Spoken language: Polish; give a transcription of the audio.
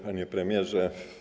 Panie Premierze!